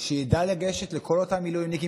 שידע לגשת לכל אותם מילואימניקים,